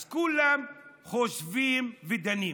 אז כולם חושבים ודנים.